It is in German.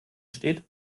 steht